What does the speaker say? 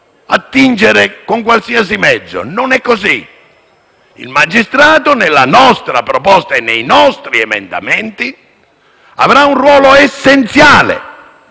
ricorso con qualsiasi mezzo. Non è così: il magistrato, nella nostra proposta e nei nostri emendamenti, avrà un ruolo essenziale,